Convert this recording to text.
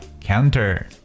counter